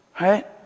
right